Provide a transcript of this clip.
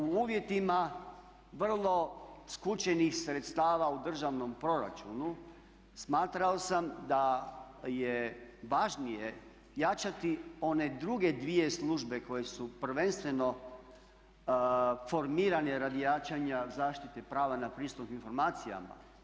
U uvjetima vrlo skučenih sredstava u državnom proračunu smatrao sam da je važnije jačati one druge dvije službe koje su prvenstveno formirane radi jačanja zaštite prava na pristup informacijama.